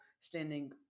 standing